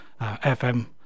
FM